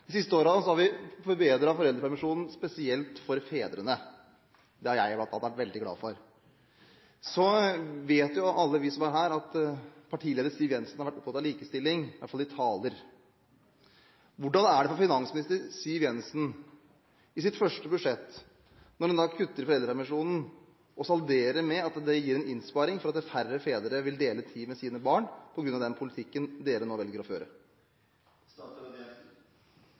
De siste årene har vi forbedret foreldrepermisjonen, spesielt for fedrene. Det har i hvert fall jeg vært veldig glad for. Så vet alle som er her, at partileder Siv Jensen har vært opptatt av likestilling – iallfall i taler. Hvordan er det for finansminister Siv Jensen når en i hennes første budsjett kutter i foreldrepermisjonen og salderer med at det gir en innsparing fordi færre fedre vil dele tid med sine barn, på grunn av den politikken en nå velger å